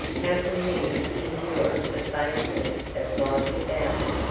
how could he endure the baseness of life without it?